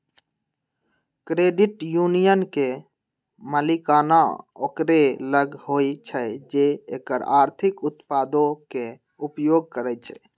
credit union के मलिकाना ओकरे लग होइ छइ जे एकर आर्थिक उत्पादों के उपयोग करइ छइ